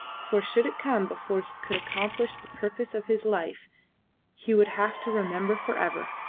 for should it come before he could accomplish the purpose of his life he would have to remember for ever!